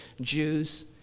Jews